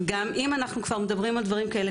אם אנחנו כבר מדברים כאלה,